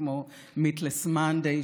כמו Meatless Monday,